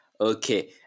okay